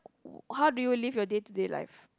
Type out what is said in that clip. how do you live your day to day life